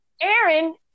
Aaron